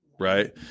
Right